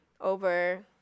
over